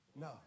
No